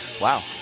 wow